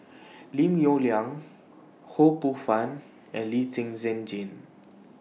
Lim Yong Liang Ho Poh Fun and Lee Zhen Zhen Jane